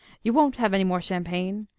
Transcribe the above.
you won't have any more champagne?